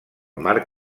mar